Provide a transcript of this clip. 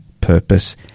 purpose